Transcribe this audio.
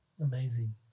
amazing